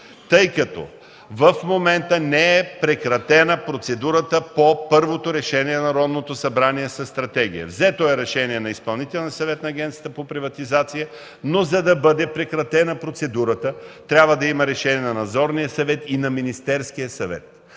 тъй като в момента не е прекратена процедурата по първото решение на Народното събрание със стратегия. Взето е решение на Изпълнителния съвет на Агенцията по приватизация, но за да бъде прекратена процедурата, трябва да има решение на Надзорния съвет и на Министерския съвет.